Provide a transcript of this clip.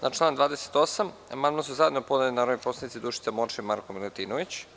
Na član 28. amandman su zajedno podneli narodni poslanici Dušica Morčev i Marko Milutinović.